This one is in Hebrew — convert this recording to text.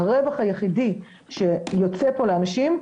הרווח היחידי שיוצא פה לאנשים,